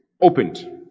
opened